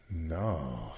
No